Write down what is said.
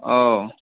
ও